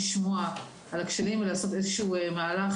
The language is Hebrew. לשמוע על הכשלים ולעשות איזשהו מהלך